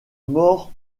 mort